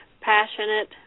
passionate